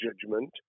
judgment